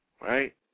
right